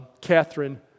Catherine